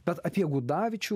bet apie gudavičių